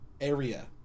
area